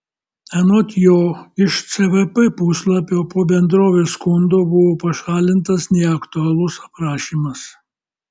anot jo iš cvp puslapio po bendrovės skundo buvo pašalintas neaktualus aprašymas